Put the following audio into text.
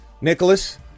Nicholas